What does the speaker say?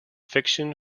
fiction